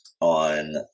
on